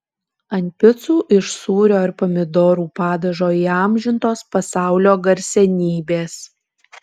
ant picų iš sūrio ir pomidorų padažo įamžintos pasaulio garsenybės